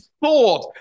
thought